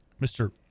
Mr